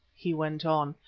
he went on,